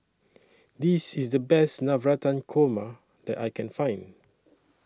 This IS The Best Navratan Korma that I Can Find